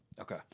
Okay